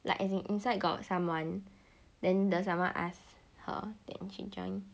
like as in inside got someone then the someone ask her then she join